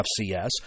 FCS